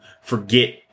forget